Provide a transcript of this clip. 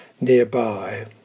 nearby